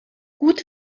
gut